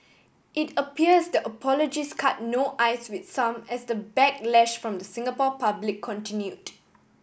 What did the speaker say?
it appears the apologies cut no ice with some as the backlash from the Singapore public continued